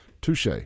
Touche